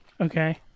Okay